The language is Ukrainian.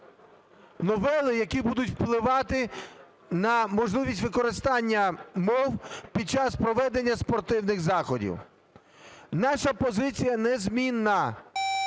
новели, які будуть впливати на можливість використання мов під час проведення спортивних заходів. Наша позиція незмінна.